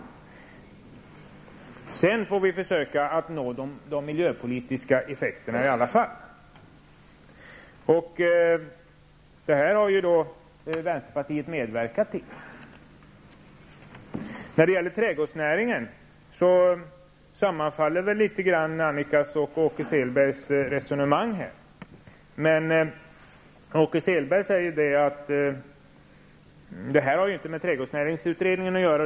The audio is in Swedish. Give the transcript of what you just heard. Sedan får vi försöka uppnå miljöpolitiska effekter i alla fall. Vänsterpartiet har medverkat till detta. När det gäller trädgårdsnäringen sammanfaller Annika Åhnbergs och Åke Selbergs resonemang litet. Åke Selberg säger dock att det här inte har med trädgårdsnäringsutredningen att göra.